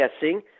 guessing